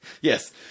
Yes